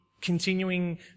continuing